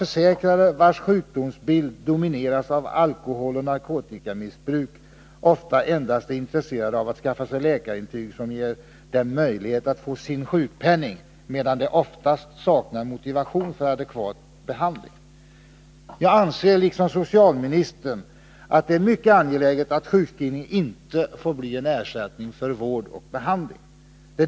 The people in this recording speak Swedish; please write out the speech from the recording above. Försäkrade, vilkas sjukdomsbild domineras av alkoholeller 15 oktober 1981 narkotikamissbruk, är ofta endast intresserade av att skaffa sig läkarintyg som ger dem möjlighet att få sin sjukpenning, medan de oftast saknar Meddelande om motivation för adekvat behandling.